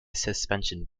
suspension